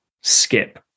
skip